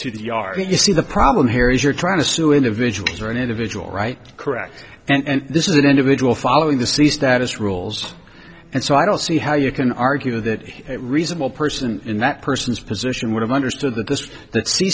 to the are you see the problem here is you're trying to sue individuals or an individual right correct and this is an individual following the sea status rules and so i don't see how you can argue that a reasonable person in that person's position would have understood that this that sea